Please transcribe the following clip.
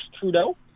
Trudeau